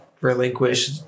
relinquish